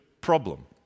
problem